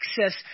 access